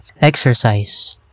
exercise